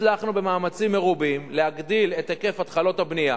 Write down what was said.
הצלחנו במאמצים רבים להגדיל את היקף התחלות הבנייה